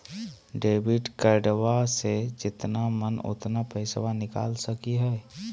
Debit कार्डबा से जितना मन उतना पेसबा निकाल सकी हय?